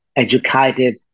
educated